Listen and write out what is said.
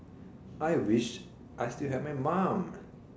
I wish I still had my mum